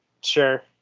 sure